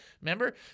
Remember